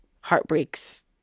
heartbreaks